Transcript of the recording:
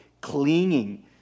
clinging